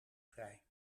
vrij